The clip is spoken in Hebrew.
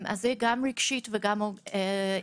זה גם רגשית וגם ארגונית.